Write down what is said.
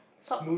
top